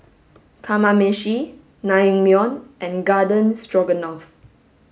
Kamameshi Naengmyeon and Garden Stroganoff